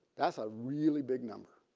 that's a really big number.